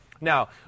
Now